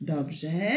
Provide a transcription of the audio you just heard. Dobrze